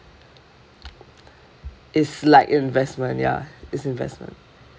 it's like investment ya is investment